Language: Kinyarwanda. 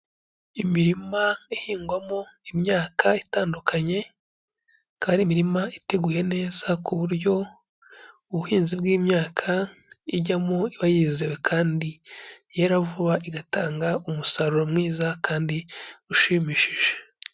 Imirima ihingwamo imyaka itandukanye ikaba ari imirima iteguye neza ku buryo ubuhinzi bw'imyaka ijyamo iba yizewe kandi yera vuba igatanga umusaruro mwiza kandi ushimishije.